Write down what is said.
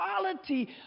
quality